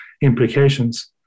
implications